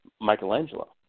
Michelangelo